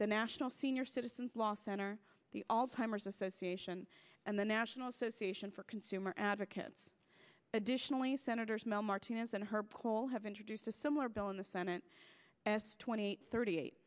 the national senior citizens law center the all timers association and the national association for consumer advocates additionally senators mel martinez and her paul have introduced a similar bill in the senate twenty eight thirty e